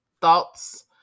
thoughts